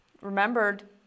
remembered